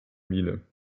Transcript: miene